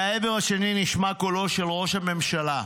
מהעבר השני נשמע קולו של ראש הממשלה: